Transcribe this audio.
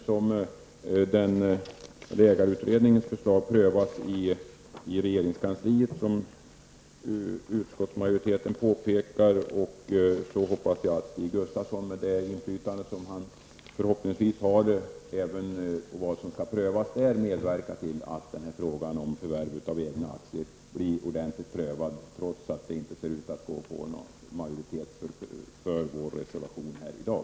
Som utskottsmajoriteten påpekar prövas nu ägarutredningen i regeringskansliet. Jag hoppas att Stig Gustafsson, med det inflytande som han förhoppningsvis har, medverkar till att frågan om förvärv av egna aktier blir ordentligt prövad trots att det inte ser ut att gå att få någon majoritet för vår reservation i dag.